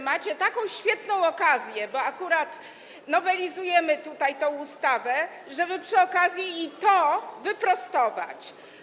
Macie taką świetną okazję, bo akurat nowelizujemy tutaj tę ustawę, żeby przy okazji i to wyprostować.